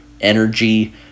energy